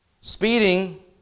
Speeding